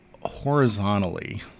horizontally